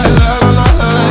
la-la-la-la